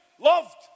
loved